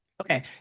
Okay